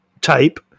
type